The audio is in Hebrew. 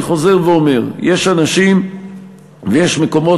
אני חוזר ואומר: יש אנשים ויש מקומות